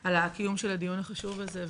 על קיום הדיון החשוב הזה,